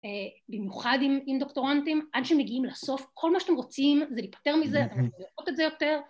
במיוחד עם דוקטורנטים, עד שהם מגיעים לסוף, כל מה שהם רוצים זה להיפטר מזה ולא לראות את זה יותר.